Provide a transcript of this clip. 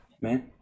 man